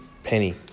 penny